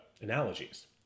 analogies